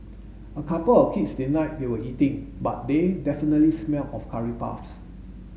a couple of kids denied they were eating but they definitely smelled of curry puffs